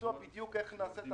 תגיד לנו איך תעשה את